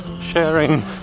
sharing